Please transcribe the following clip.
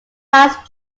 last